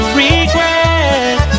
regret